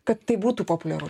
kad tai būtų populiaru